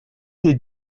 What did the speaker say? des